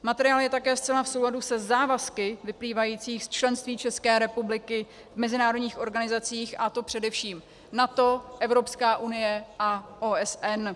Materiál je také zcela v souladu se závazky vyplývajících z členství České republiky v mezinárodních organizacích, a to především: NATO, Evropská unie a OSN.